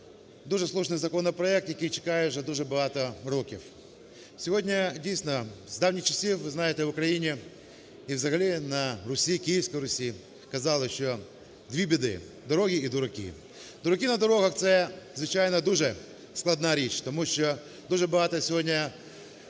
Дуже слушний законопроект, який чекає вже дуже багато років. Сьогодні, дійсно, з давніх часів ви знаєте, в Україні і взагалі на Русі… Київській Русі казали, що дві біди: дороги і дураки. Дураки на дорогах – це, звичайно, дуже складна річ, тому що дуже багато сьогодні